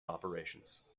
operations